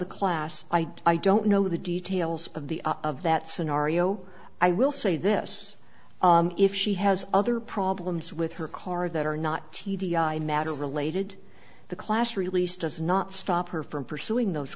the class i don't know the details of the of that scenario i will say this if she has other problems with her car that are not t d i matter related the class release does not stop her from pursuing those